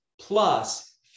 plus